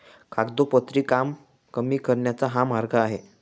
कागदोपत्री काम कमी करण्याचा हा मार्ग आहे